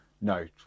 No